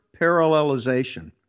parallelization